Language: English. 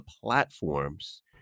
platforms